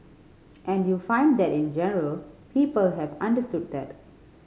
and you find that in general people have understood that